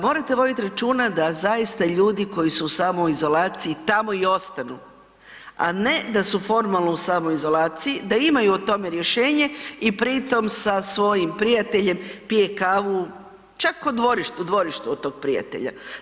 Morate vodit računa da zaista ljudi koji su u samoizolaciji tamo i ostanu, a ne da su formalno u samoizolaciji, da imaju o tome rješenje i pri tom sa svojim prijateljem pije kavu, čak u dvorištu, u dvorištu od tog prijatelja.